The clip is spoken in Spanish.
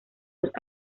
los